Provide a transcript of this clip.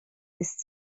ist